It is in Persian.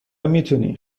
میتونی